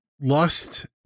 lust